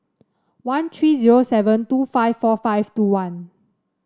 one three zero seven two five four five two one